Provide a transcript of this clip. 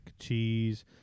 cheese